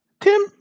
Tim